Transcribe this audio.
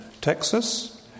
Texas